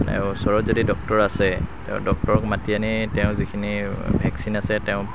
ওচৰত যদি ডক্টৰ আছে ডক্টৰক মাতি আনি তেওঁ যিখিনি ভেক্সিন আছে তেওঁ